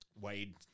wade